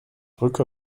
drücke